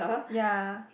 ya